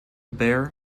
bare